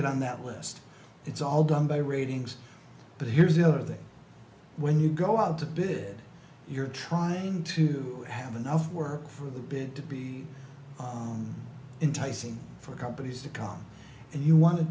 get on that list it's all done by ratings but here's the other thing when you go out to bid you're trying to have enough work for the bid to be enticing for companies to come and you want